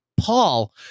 Paul